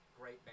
great